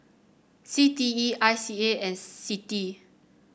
C T E I C A and CITI